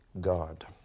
God